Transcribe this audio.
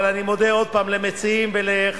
אבל אני מודה עוד פעם למציעים ולחבר